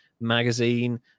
magazine